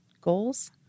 goals